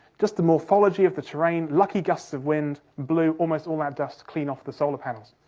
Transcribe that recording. just the morphology of the terrain, lucky gust of winds, blew almost all that dust clean off the solar panels.